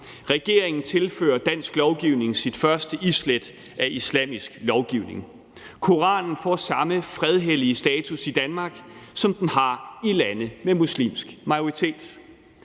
Regeringen tilfører dansk lovgivning sit første islæt af islamisk lovgivning. Koranen får samme fredhellige status i Danmark, som den har i lande med muslimsk majoritet.